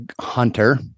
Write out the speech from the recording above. hunter